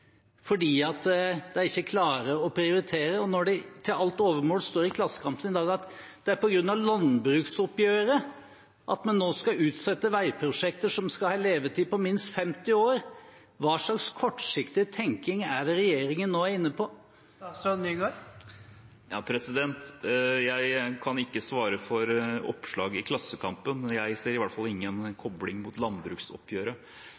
ikke klarer å prioritere? Og når det til alt overmål står i Klassekampen i dag at det er på grunn av landbruksoppgjøret vi nå skal utsette veiprosjekter som skal ha en levetid på minst 50 år – hva slags kortsiktig tenking er det regjeringen nå er inne på? Jeg kan ikke svare for oppslag i Klassekampen, men jeg ser i hvert fall